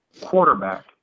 quarterback